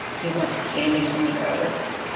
he's not standing on the earth.